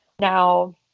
now